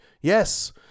Yes